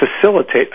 facilitate